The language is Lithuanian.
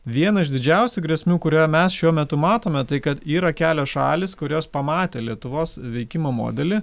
viena iš didžiausių grėsmių kurią mes šiuo metu matome tai kad yra kelios šalys kurios pamatę lietuvos veikimo modelį